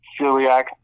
celiac